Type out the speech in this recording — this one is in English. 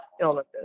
illnesses